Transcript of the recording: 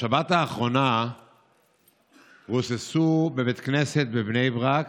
בשבת האחרונה רוססו בבית כנסת בבני ברק